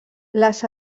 les